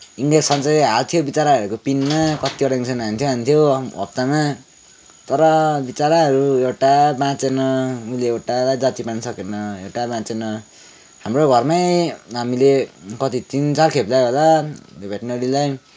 injection चाहिँ हाल्थ्यो विचराहरूको पिँधमा कतिवटा इन्जेक्सन हान्थ्यो हान्थ्यो हप्तामा तर विचराहरू एउटा बाँचेन उसले एउटा जाती पार्नु सकेन एउटा बाँचेन हाम्रो घरमै हामीले कति तिन चारखेप ल्यायौँ होला भेटनेरीलाई